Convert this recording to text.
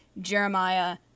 Jeremiah